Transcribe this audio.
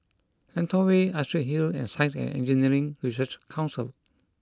Lentor Way Astrid Hill and Science and Engineering Research Council